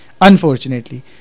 Unfortunately